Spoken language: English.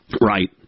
Right